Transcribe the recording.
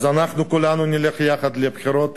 אז כולנו נלך יחד לבחירות